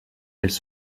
elles